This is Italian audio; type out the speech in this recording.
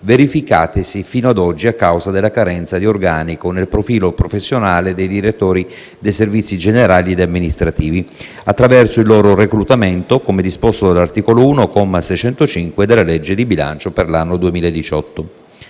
verificatesi fino ad oggi a causa della carenza di organico nel profilo professionale dei direttori dei servizi generali ed amministrativi, attraverso il loro reclutamento, come disposto dall'articolo 1, comma 605, della legge di bilancio per l'anno 2018.